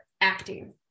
acting